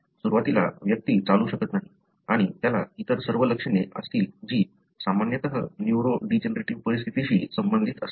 सुरुवातीला व्यक्ती चालू शकत नाही आणि त्याला इतर सर्व लक्षणे असतील जी सामान्यतः न्यूरोडीजनरेटिव्ह परिस्थितीशी संबंधित असतात